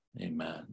Amen